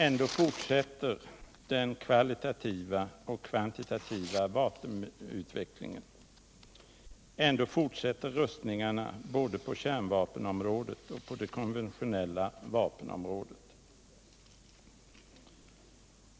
Ändå fortsätter den kvalitativa och kvantitativa vapenutvecklingen. Ändå fortsätter rustningarna både på kärnvapenområdet och på det konventionella vapenområdet.